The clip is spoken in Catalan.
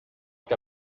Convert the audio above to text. que